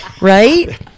Right